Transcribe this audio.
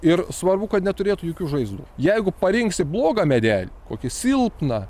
ir svarbu kad neturėtų jokių žaizdų jeigu parinksi blogą medelį kokį silpną